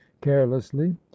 carelessly